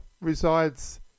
resides